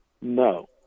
No